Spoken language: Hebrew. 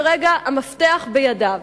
כרגע המפתח בידיו.